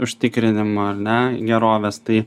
užtikrinimą ar ne gerovės tai